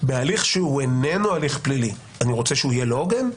בהליך שהוא איננו הליך פלילי אני רוצה שהוא יהיה לא הוגן?